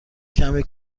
کمی